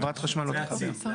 חברת חשמל לא תתחבר.